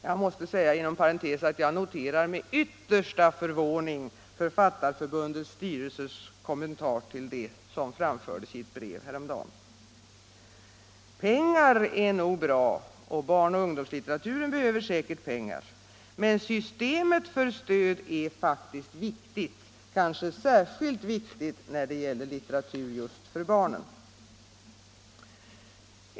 Jag måste inom parentes säga, att jag noterar med yttersta förvåning Författarförbundets styrelses kommentar till detta; den framfördes i ett brev häromdagen. Pengar är nog bra, och barnoch ungdomslitteraturen behöver säkert pengar, men systemet för stöd är mycket viktigt, kanske särskilt viktigt när det gäller litteratur just för barnen.